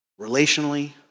relationally